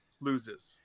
loses